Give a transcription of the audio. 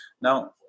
Now